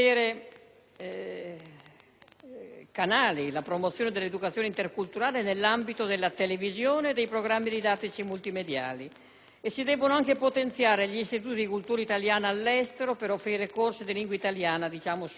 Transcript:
per la promozione dell'educazione interculturale, nonché di programmi didattici multimediali e si devono anche potenziare gli istituti di cultura italiana all'estero per offrire corsi di lingua italiana sul posto. In sostanza,